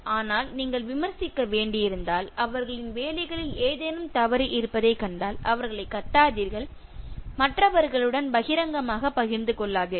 ஆனால் நீங்கள் விமர்சிக்க வேண்டியிருந்தால் அவர்களின் வேலைகளில் ஏதேனும் தவறு இருப்பதைக் கண்டால் அவர்களைக் கத்தாதீர்கள் மற்றவர்களுடன் பகிரங்கமாக பகிர்ந்து கொள்ளாதீர்கள்